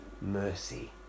mercy